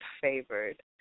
favored